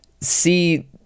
see